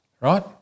right